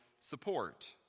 support